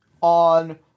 on